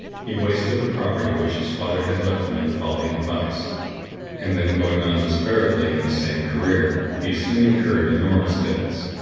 he wasted the property which his father had left him in folly and vice and then going on desperately in the same career, he soon incurred enormous debts,